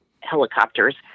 helicopters